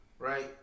Right